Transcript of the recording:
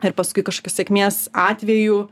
ir paskui kažkokios sėkmės atveju